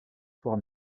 soir